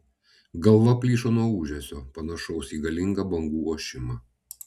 galva plyšo nuo ūžesio panašaus į galingą bangų ošimą